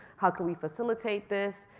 how can we facilitate this?